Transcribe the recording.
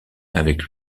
avec